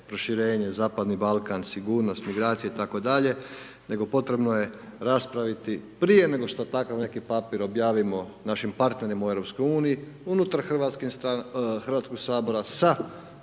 proširenje, zapadni Balkan, sigurnost, migracije itd., nego potrebno je raspraviti prije nego što takav neki papir objavimo našim partnerima u Europskoj uniji unutar Hrvatskog sabora sa